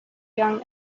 young